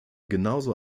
genauso